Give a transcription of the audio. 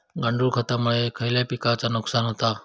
गांडूळ खतामुळे खयल्या पिकांचे नुकसान होते?